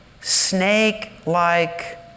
snake-like